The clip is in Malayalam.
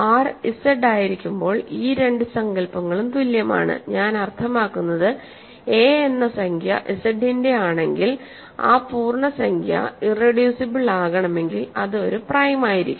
R ഇസഡ് ആയിരിക്കുമ്പോൾ ഈ രണ്ട് സങ്കൽപ്പങ്ങളും തുല്യമാണ് ഞാൻ അർത്ഥമാക്കുന്നത്എ എന്ന സംഖ്യ ഇസഡ് ന്റെ ആണെങ്കിൽ ആ പൂർണ്ണസംഖ്യ ഇറെഡ്യുസിബിൾ ആകണമെങ്കിൽ അത് ഒരു പ്രൈം ആയിരിക്കണം